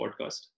podcast